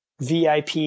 VIP